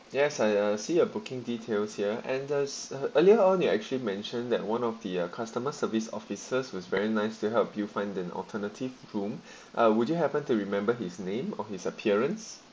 yes I uh see your booking details here and that's uh earlier on you actually mention that one of the uh customer service officers was very nice to help you find an alternative room uh would you happen to remember his name or his appearance